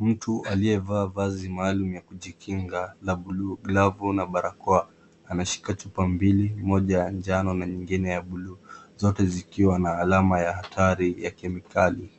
Mtu aliyevaa vazi maalum ya kujikinga la buluu glavu na barakoa anashika chupa mbili moja ya njano na nyingine ya buluu zote zikiwa na alama ya hatari ya kemikali